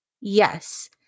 Yes